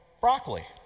broccoli